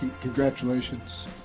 Congratulations